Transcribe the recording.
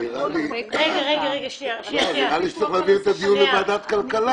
נראה לי שצריך להעביר את הדיון לוועדת כלכלה.